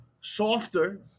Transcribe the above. softer